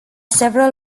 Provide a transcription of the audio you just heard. several